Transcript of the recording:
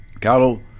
Cattle